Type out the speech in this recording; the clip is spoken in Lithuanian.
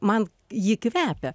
man ji kvepia